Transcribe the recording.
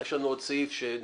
יש לנו עוד סעיף שנפיץ,